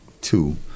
two